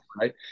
right